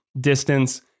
distance